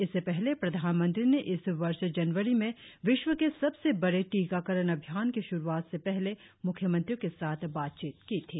इससे पहले प्रधानमंत्री ने इस वर्ष जनवरी में विश्व के सबसे बड़े टीकाकरण अभियान की श्रूआत से पहले मुख्यमंत्रियों के साथ बातचीत की थी